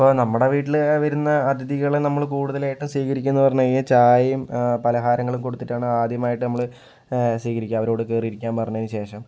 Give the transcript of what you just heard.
ഇപ്പോൾ നമ്മുടെ വീട്ടില് വരുന്ന അതിഥികളെ നമ്മൾ കൂടുതലായിട്ടും സ്വീകരിക്കുന്ന എന്ന് പറഞ്ഞ് കഴിഞ്ഞാൽ ചായയും പലഹാരങ്ങളും കൊടുത്തിട്ടാണ് ആദ്യമായിട്ട് നമ്മള് സ്വികരിക്കുക അവരോട് കയറി ഇരിക്കാൻ പറഞ്ഞ ശേഷം